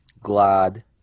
Glad